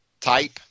type